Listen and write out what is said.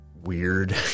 weird